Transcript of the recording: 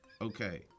Okay